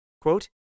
Quote